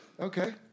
okay